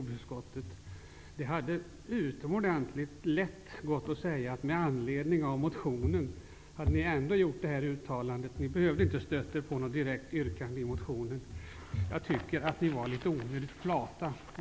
Det hade varit utomordentligt lätt att med anledning av motionen ändå göra ett uttalande; ni hade inte behövt stöda er på något direkt yrkande i motionen. Jag tycker att ni har varit litet onödigt flata.